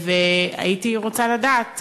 הייתי רוצה לדעת,